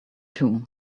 two